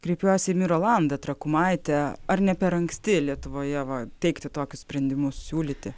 kreipiuosi ir į mirolandą trakumaitę ar ne per anksti lietuvoje va teikti tokius sprendimus siūlyti